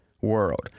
world